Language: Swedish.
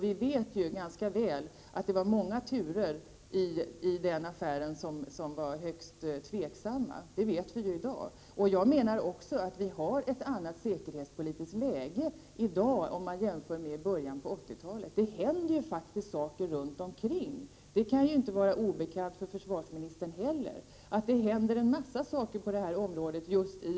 Vi vet i dag att det förekom många turer i den affären som var högst tvivelaktiga. Jag anser också att vi i dag har ett annat säkerhetspolitiskt läge än i början av 80-talet. Det händer faktiskt en massa saker i vårt närområde, och det kan inte vara obekant ens för försvarsministern.